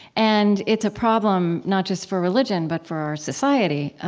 and it's a problem not just for religion, but for our society.